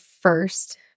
first